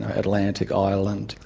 ah atlantic, island,